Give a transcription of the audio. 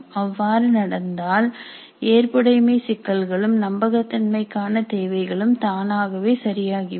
அவ்வாறு நடந்தால் ஏற்புடைமை சிக்கல்களும் நம்பகத்தன்மை காண தேவைகளும் தானாகவே சரியாகிவிடும்